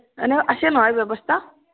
এনেও আছে নহয় ব্যৱস্থা